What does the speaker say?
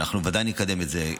ואנחנו בוודאי נקדם את זה,